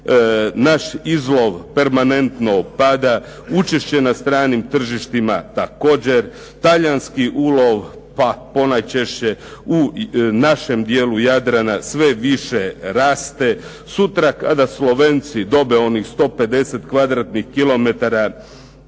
Naš izlov permanentno pada, učešće na stranim tržištima također. Talijanski ulov, pa ponajčešće u našem dijelu Jadrana sve više raste. Sutra kada Slovenci dobe onih 150 kvadratnih kilometara